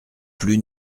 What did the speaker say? plus